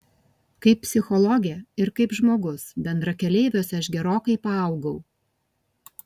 kaip psichologė ir kaip žmogus bendrakeleiviuose aš gerokai paaugau